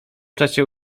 czasie